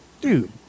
Dude